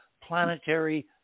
planetary